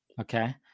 Okay